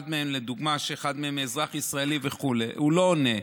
לדוגמה, שאחד מהם אזרח ישראלי וכו' הוא לא עונה.